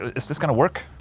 is this gonna work?